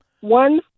one